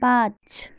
पाँच